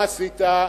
מה עשית?